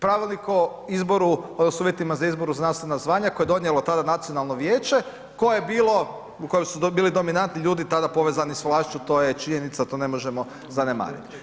Pravilnik s uvjetima za izbor u znanstvena zvanja, koje je donijelo tada nacionalno vijeće, koje je bilo, u kojem su bili dominantni ljudi tada povezani s vlašću, to je činjenica, to ne možemo zanemariti.